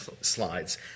slides